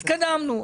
התקדמנו.